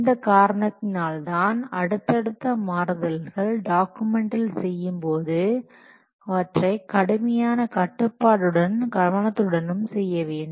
இந்த காரணத்தினால்தான் அடுத்தடுத்த மாறுதல்கள் டாக்குமெண்ட்டில் செய்யும்போது அவற்றை கடுமையான கட்டுப்பாட்டுடனும் கவனத்துடன் செய்ய வேண்டும்